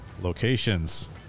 locations